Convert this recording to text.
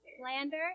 slander